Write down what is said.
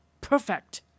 perfect